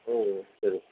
ம் ம் சரி